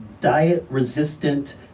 diet-resistant